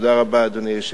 תודה רבה, אדוני היושב-ראש.